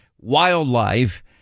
wildlife